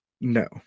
No